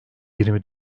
yirmi